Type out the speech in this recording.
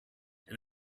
and